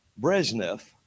Brezhnev